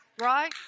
right